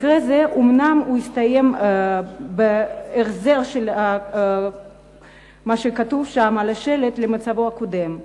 מקרה זה אומנם הסתיים בהחזרה של מה שכתוב שם על השלט למצבו הקודם,